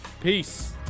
peace